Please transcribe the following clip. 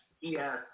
Yes